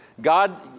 God